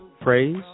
Praise